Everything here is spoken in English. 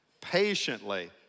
patiently